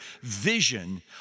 vision